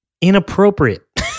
inappropriate